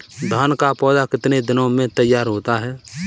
धान का पौधा कितने दिनों में तैयार होता है?